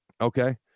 Okay